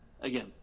again